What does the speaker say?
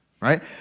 right